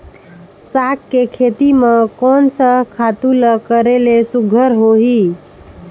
साग के खेती म कोन स खातु ल करेले सुघ्घर होही?